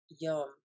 Yum